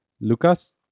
Lucas